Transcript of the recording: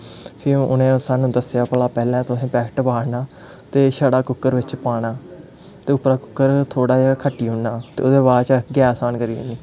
फ्ही उ'नें सानूं दस्सेआ भला पैह्लें तुसें पैक्ट फाड़ना ते छड़ा कुक्कर बिच्च पाना ते उप्परा कुक्कर थोह्ड़ा जेहा खट्टी ओड़ना ते ओह्दे बाद च गैस ऑन करी ओड़नी